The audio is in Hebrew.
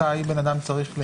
מתי אדם צריך.